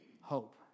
hope